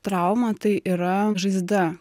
trauma tai yra žaizda